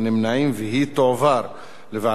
והיא תועבר לוועדת העבודה,